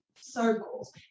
circles